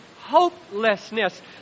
hopelessness